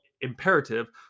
imperative